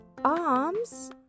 arms